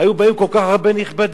היו באים כל כך הרבה נכבדים.